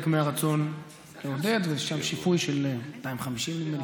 מהרצון לעודד ויש שם שיפוי של 250 מיליון.